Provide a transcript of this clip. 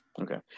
Okay